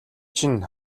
чинь